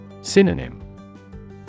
Synonym